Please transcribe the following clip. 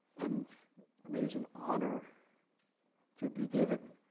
and amazing honor to be given